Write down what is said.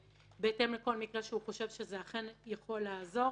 בהתאם לכל מקרה שהוא חושב שזה אכן יכול לעזור,